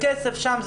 הכסף שם,